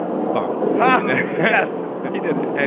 fart yes! he did it. and